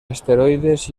asteroides